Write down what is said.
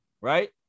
right